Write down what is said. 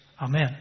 Amen